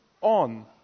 on